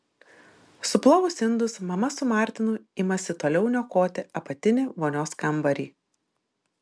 suplovus indus mama su martinu imasi toliau niokoti apatinį vonios kambarį